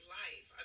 life